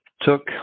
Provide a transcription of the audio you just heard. took